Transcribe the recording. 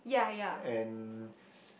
and